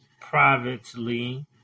privately